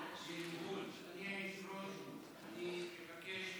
אני מבקש,